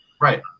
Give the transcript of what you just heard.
Right